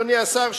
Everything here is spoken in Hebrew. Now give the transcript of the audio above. אדוני השר,